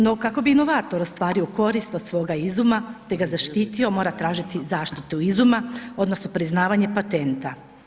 No, kako bi inovator ostvario korist od svoga izuma, te ga zaštitio, mora tražiti zaštitu izuma odnosno priznavanje patenta.